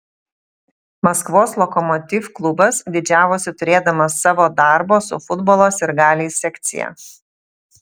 maskvos lokomotiv klubas didžiavosi turėdamas savo darbo su futbolo sirgaliais sekciją